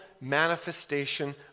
manifestation